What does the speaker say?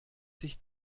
sich